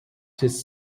his